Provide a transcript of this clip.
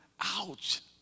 Ouch